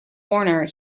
warner